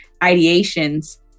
ideations